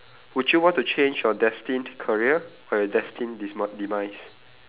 would you want to change your destined career or your destined demi~ demise